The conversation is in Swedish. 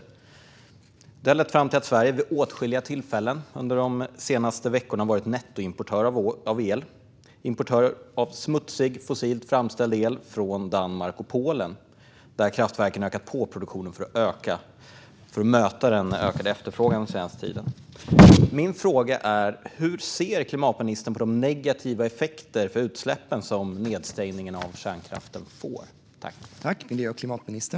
Det här har lett fram till att Sverige vid åtskilliga tillfällen under de senaste veckorna har varit nettoimportör av el - importör av smutsig, fossilt framställd el från Danmark och Polen, där kraftverken har ökat produktionen för att möta den senaste tidens ökade efterfrågan. Min fråga är: Hur ser klimatministern på de negativa effekter för utsläppen som nedstängningen av kärnkraften får?